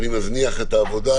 אני מזניח את העבודה,